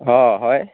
অঁ হয়